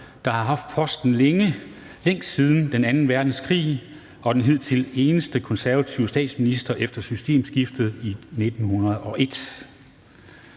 der har haft posten længst siden den anden verdenskrig, og den hidtil eneste konservative statsminister efter systemskiftet i 1901.